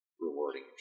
rewarding